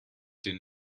den